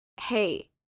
Hey